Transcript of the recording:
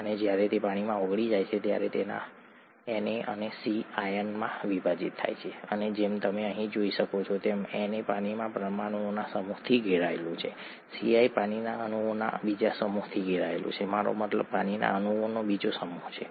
અને જ્યારે તે પાણીમાં ઓગળી જાય છે ત્યારે તે તેના Na અને C આયનમાં વિભાજિત થાય છે અને જેમ તમે અહીં જોઈ શકો છો Na પાણીના પરમાણુઓના સમૂહથી ઘેરાયેલું છે Cl પાણીના અણુઓના બીજા સમૂહથી ઘેરાયેલું છે મારો મતલબ પાણીના અણુઓનો બીજો સમૂહ છે